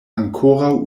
ankoraŭ